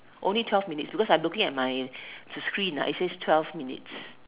only twelve minutes because I'm looking at my the screen ah it says twelve minutes